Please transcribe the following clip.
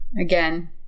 Again